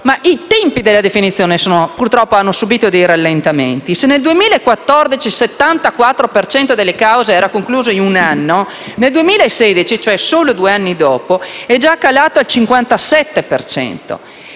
i tempi della definizione purtroppo hanno subìto rallentamenti. Se nel 2014 il 74 per cento delle cause era concluso in un anno, nel 2016 - cioè solo due anni dopo - si è già calati al 57